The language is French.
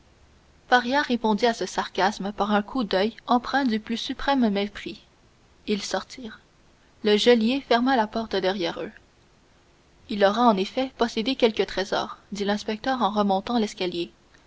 faria répondit à ce sarcasme par un coup d'oeil empreint du plus suprême mépris ils sortirent le geôlier ferma la porte derrière eux il aura en effet possédé quelques trésors dit l'inspecteur en remontant l'escalier